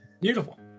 Beautiful